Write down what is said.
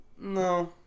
No